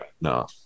No